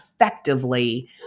effectively